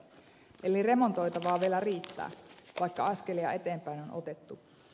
eli remontoitavaa vielä riittää vaikka askelia eteenpäin on otettu